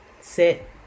sit